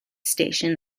station